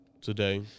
today